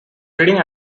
reading